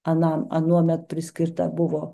anam anuomet priskirta buvo